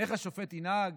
איך השופט ינהג